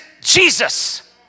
Jesus